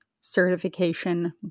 certification